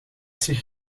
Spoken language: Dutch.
zich